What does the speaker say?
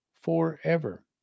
forever